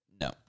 No